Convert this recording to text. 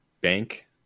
Bank